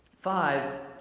five,